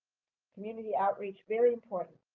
community outreach very important.